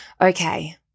Okay